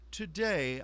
today